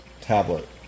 tablet